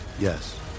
Yes